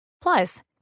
Plus